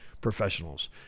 professionals